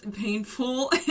painful